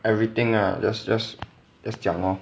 everything ah just just just 讲 lor